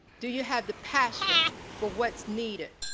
do you have the passion for what's needed?